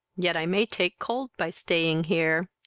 yet i may take cold by staying here.